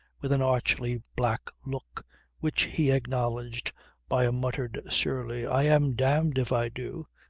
with an archly black look which he acknowledged by a muttered, surly i am damned if i do.